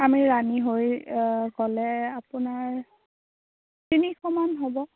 আমি ৰাণী হৈ গ'লে আপোনাৰ তিনিশ মান হ'ব